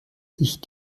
ich